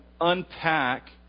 unpack